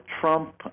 Trump